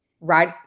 Right